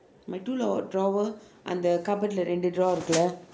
my two draw~ drawer அந்த:antha cupboard இரண்டு:irandu drawer இருக்கு:irruku